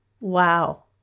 Wow